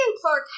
Clark